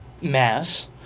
mass